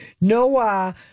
Noah